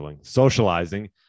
socializing